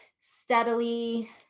steadily